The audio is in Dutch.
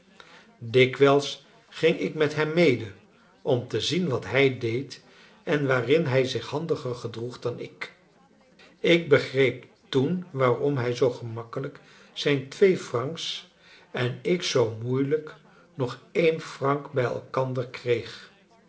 dikwijls ging ik met hem mede om te zien wat hij deed en waarin hij zich handiger gedroeg dan ik ik begreep toen waarom hij zoo gemakkelijk zijn twee francs en ik zoo moeilijk nog een franc bij elkander kreeg